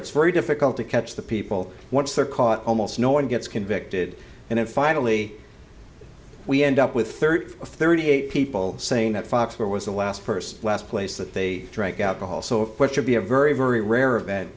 it's very difficult to catch the people once they're caught almost no one gets convicted and then finally we end up with thirty to thirty eight people saying that fox where was the last person last place that they drank alcohol so what should be a very very rare event